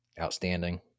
outstanding